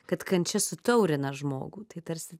kad kančia sutaurina žmogų tai tarsi